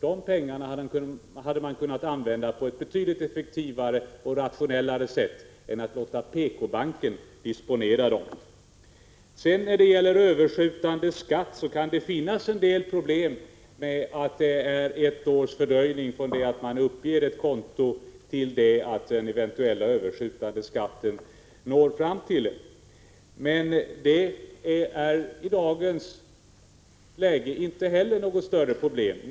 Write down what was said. De pengarna hade man kunna använda på ett betydligt effektivare och rationellare sätt än att låta PK-banken disponera dem. När det gäller överskjutande skatt kan det medföra en del problem att det är ett års fördröjning från det att man uppger ett konto till dess att den eventuella överskjutande skatten når fram till en, men det är i dagens läge inte heller något större problem.